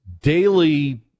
daily